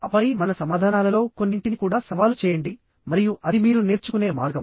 ఆపై మన సమాధానాలలో కొన్నింటిని కూడా సవాలు చేయండి మరియు అది మీరు నేర్చుకునే మార్గం